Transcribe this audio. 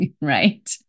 right